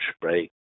break